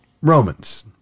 Romans